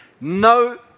No